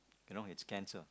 you know it's cancer